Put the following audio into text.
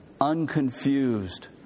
unconfused